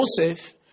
Joseph